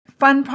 fun